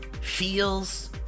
feels